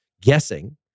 guessing